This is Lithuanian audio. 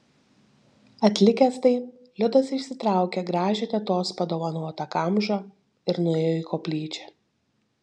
atlikęs tai liudas išsitraukė gražią tetos padovanotą kamžą ir nuėjo į koplyčią